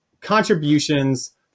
contributions